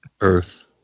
earth